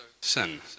sin